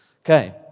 Okay